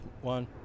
one